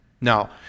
Now